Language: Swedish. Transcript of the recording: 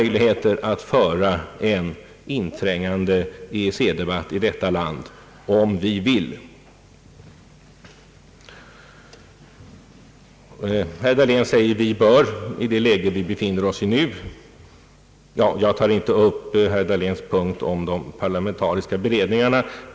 Jag skall i detta sammanhang inte närmare gå in på herr Dahléns punkt om de parlamentariska beredningarna.